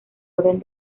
orden